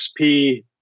XP